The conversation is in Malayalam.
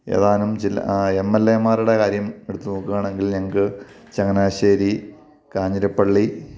ഏതാനും ചില എം എൽ എമാരുടെ കാര്യം എടുത്തു നോക്കുകയാണെങ്കിൽ ഞങ്ങൾക്ക് ചങ്ങനാശ്ശേരി കാഞ്ഞിരപ്പള്ളി